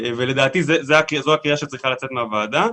לדעתי זו הקריאה שצריכה לצאת מן הוועדה.